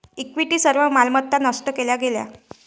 equity सर्व मालमत्ता नष्ट केल्या गेल्या